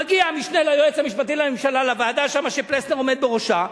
מגיע המשנה ליועץ המשפטי לממשלה לוועדה שפלסנר עומד בראשה,